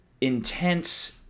intense